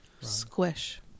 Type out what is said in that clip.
Squish